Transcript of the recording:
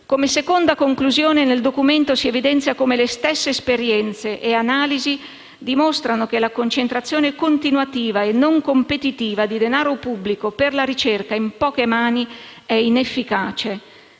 Come seconda conclusione, nel documento si evidenzia come le stesse esperienze e analisi dimostrino che la concentrazione continuativa e non competitiva di denaro pubblico per la ricerca in poche mani sia inefficace.